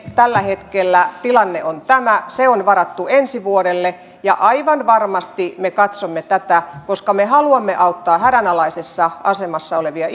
tällä hetkellä tilanne on tämä se on varattu ensi vuodelle ja aivan varmasti me katsomme tätä koska me haluamme auttaa hädänalaisessa asemassa olevia